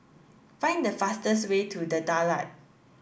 find the fastest way to The Daulat